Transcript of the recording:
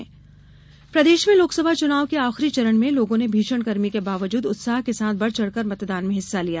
मतदान उत्साह प्रदेश में लोकसभा चुनाव के आखिरी चरण में लोगों ने भीषण गर्मी के बावजूद उत्साह के साथ बढ़चढ़कर मतदान में हिस्सा लिया